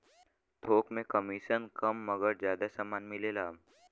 थोक में कमिसन कम मगर जादा समान मिलेला